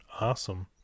Awesome